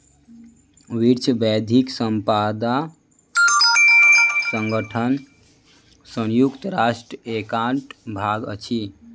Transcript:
विश्व बौद्धिक संपदा संगठन संयुक्त राष्ट्रक एकटा भाग अछि